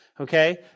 okay